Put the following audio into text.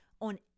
on